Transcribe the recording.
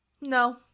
No